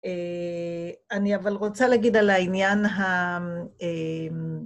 אה... אני אבל רוצה להגיד על העניין ה...